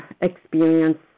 experience